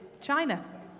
China